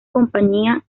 compañía